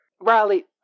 Riley